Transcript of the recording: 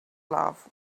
love